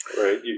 right